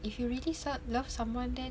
if you really love someone then